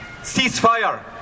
ceasefire